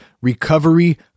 recovery